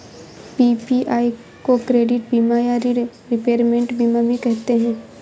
PPI को credit बीमा या ॠण रिपेयरमेंट बीमा भी कहते हैं